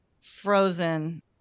frozen